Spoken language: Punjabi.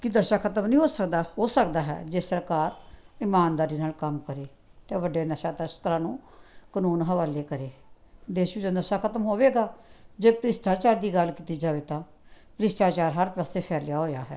ਕੀ ਨਸ਼ਾ ਖਤਮ ਨਹੀਂ ਹੋ ਸਕਦਾ ਹੋ ਸਕਦਾ ਹੈ ਜੇ ਸਰਕਾਰ ਇਮਾਨਦਾਰੀ ਨਾਲ ਕੰਮ ਕਰੇ ਅਤੇ ਵੱਡੇ ਨਸ਼ਾ ਤਸਕਰਾਂ ਨੂੰ ਕਾਨੂੰਨ ਹਵਾਲੇ ਕਰੇ ਦੇਸ਼ ਵਿਚੋਂ ਨਸ਼ਾ ਖਤਮ ਹੋਵੇਗਾ ਜੇ ਭਿਸ਼ਟਾਚਾਰ ਦੀ ਗੱਲ ਕੀਤੀ ਜਾਵੇ ਤਾਂ ਭ੍ਰਿਸ਼ਟਾਚਾਰ ਹਰ ਪਾਸੇ ਫੈਲਿਆ ਹੋਇਆ ਹੈ